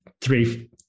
three